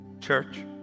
Church